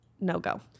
no-go